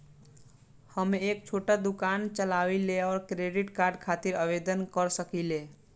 हम एक छोटा दुकान चलवइले और क्रेडिट कार्ड खातिर आवेदन कर सकिले?